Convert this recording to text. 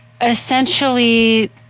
essentially